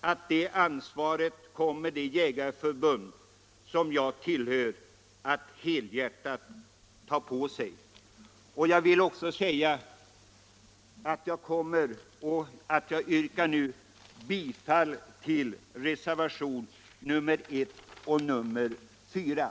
att det ansvaret kommer det jägarförbund jag tillhör att helhjärtat ta på sig. Jag yrkar alltså bifall till reservationerna 1 och 4.